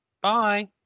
Bye